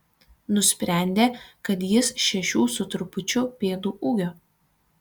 nusprendė kad jis šešių su trupučiu pėdų ūgio